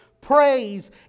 praise